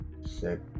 Sick